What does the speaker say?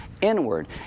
inward